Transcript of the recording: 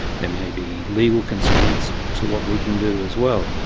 there may be legal constraints to what we can do as well.